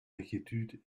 inquiétudes